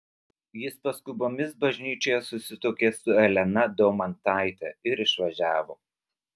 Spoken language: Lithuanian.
jis paskubomis bažnyčioje susituokė su elena daumantaite ir išvažiavo